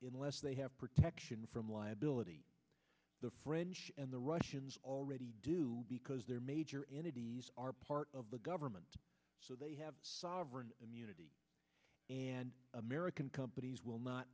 in less they have protection from liability the french and the russians already do because their major entities are part of the government so they have sovereign immunity and american companies will not